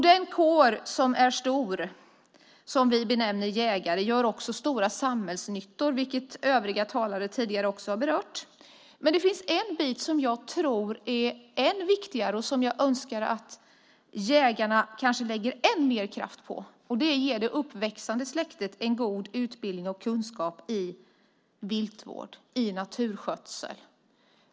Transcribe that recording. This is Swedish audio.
Den kår som är stor och som vi benämner jägare gör också stor samhällsnytta, vilket övriga talare tidigare också har berört. Men det finns en del som jag tror är än viktigare och som jag önskar att jägarna kanske lägger än mer kraft på och det är att ge det uppväxande släktet en god utbildning och kunskap i viltvård och i naturskötsel.